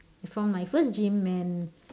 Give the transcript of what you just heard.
I found my first gym and